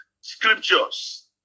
scriptures